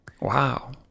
Wow